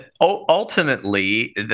ultimately